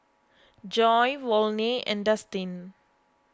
Joy Volney and Dustin